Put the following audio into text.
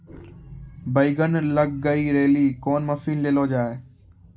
बैंगन लग गई रैली कौन मसीन ले लो जाए?